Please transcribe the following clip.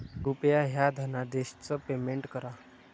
कृपया ह्या धनादेशच पेमेंट करा